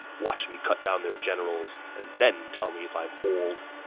watch me cut down their generals, and then tell me if i'm old!